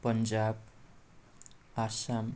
Punjab Assam